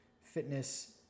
fitness